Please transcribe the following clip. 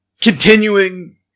continuing